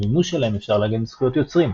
על המימוש שלהם אפשר להגן בזכויות יוצרים.